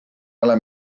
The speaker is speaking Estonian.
ole